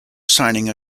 signing